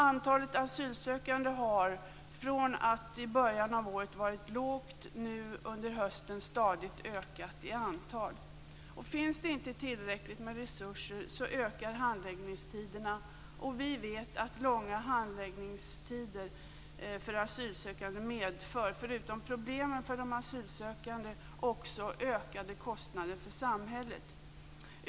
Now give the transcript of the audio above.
Antalet asylsökande har från att i början av året ha varit lågt nu under hösten stadigt ökat. Finns det inte tillräckligt med resurser, ökar handläggningstiderna. Vi vet att långa handläggningstider för asylsökande förutom problem för den asylsökande också medför ökade kostnader för samhället.